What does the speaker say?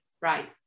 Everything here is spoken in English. Right